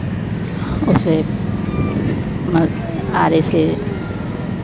उसे आरे से